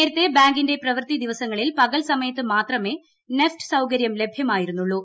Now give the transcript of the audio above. നേരത്തെ ബാങ്കിന്റെ പ്രിസ്ട്രൂത്തി ദിവസങ്ങളിൽ പകൽ സമയത്ത് മാത്രമേ നെഫ്റ്റ് സൌക്കര്യ്ക് ലഭ്യമായിരുന്നുള്ളൂ